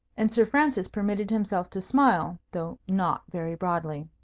and sir francis permitted himself to smile, though not very broadly.